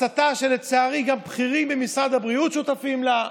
הסתה שלצערי גם בכירים במשרד הבריאות שותפים לה,